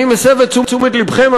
אני מסב את תשומת לבכם,